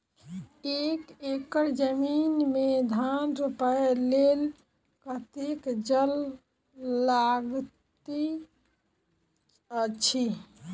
एक एकड़ जमीन मे धान रोपय लेल कतेक जल लागति अछि?